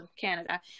canada